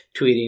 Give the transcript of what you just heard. tweeting